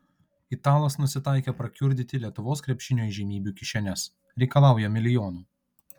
italas nusitaikė prakiurdyti lietuvos krepšinio įžymybių kišenes reikalauja milijonų